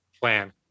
plan